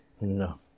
No